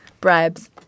Bribes